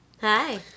Hi